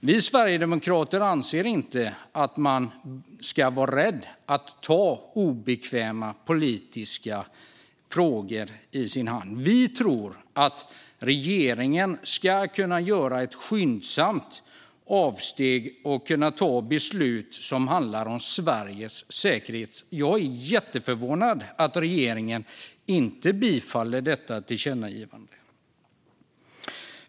Vi sverigedemokrater anser att man inte ska vara rädd att ta obekväma politiska frågor i sin hand. Vi tror att regeringen ska kunna göra ett skyndsamt avsteg och kunna ta beslut som handlar om Sveriges säkerhet. Jag är jätteförvånad att regeringspartierna inte vill bifalla detta tillkännagivande.